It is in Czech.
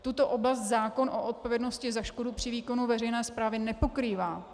Tuto oblast zákon o odpovědnosti za škodu při výkonu veřejné správy nepokrývá.